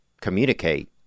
communicate